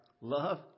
love